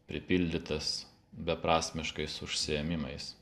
pripildytas beprasmiškais užsiėmimais